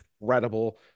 incredible